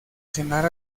cenar